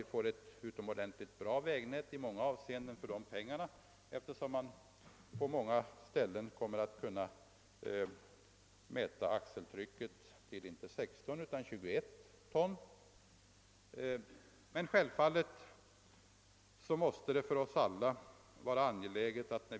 Vi får för dessa pengar ett i många avseenden utomordentligt gott vägnät, som på många ställen kommer att tåla ett axeltryck på inie såsom nu högst 16 ton utan 18 ton.